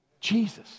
Jesus